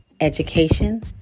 education